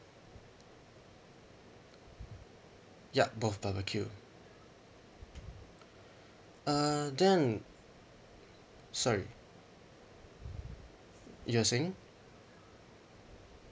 yup both barbeque uh then sorry you're saying